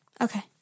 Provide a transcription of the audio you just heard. Okay